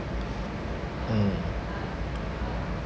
mm